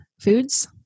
foods